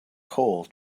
coal